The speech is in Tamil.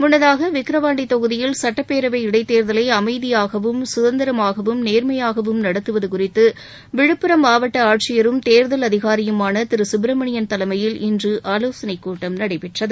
முன்னதாக விக்கிரவாண்டி தொகுதியில் சட்டப்பேரவை இடைத்தேர்தலை அமைதியாகவும் சுதந்திரமாகவும் நேர்மையாகவும் நடத்துவது குறித்து விழுப்புரம் மாவட்ட ஆட்சியரும் தேர்தல் அதிகாரியுமான திரு சுப்பிரமணியன் தலைமையில் இன்று ஆலோசனை கூட்டம் நடைபெற்றது